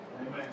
Amen